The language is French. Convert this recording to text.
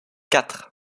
quatre